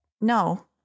no